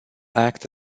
act